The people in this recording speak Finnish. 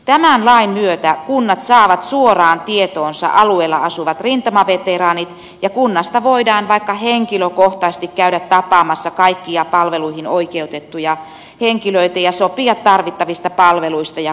tämän lain myötä kunnat saavat suoraan tietoonsa alueella asuvat rintamaveteraanit ja kunnasta voidaan vaikka henkilökohtaisesti käydä tapaamassa kaikkia palveluihin oikeutettuja henkilöitä ja sopia tarvittavista palveluista ja kuntoutuksesta